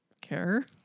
care